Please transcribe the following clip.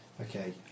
Okay